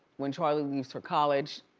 when charlie leaves for college,